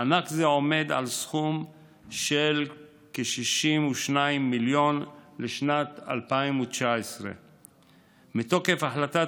מענק זה עומד על סכום של כ-62 מיליון בשנת 2019. מתוקף החלטת